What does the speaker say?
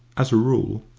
as a rule,